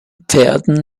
pferden